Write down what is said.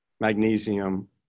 magnesium